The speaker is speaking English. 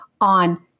on